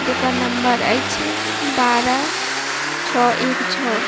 जेकर नंबर अछि बारह छओ एक छओ